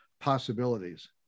possibilities